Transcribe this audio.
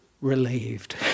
relieved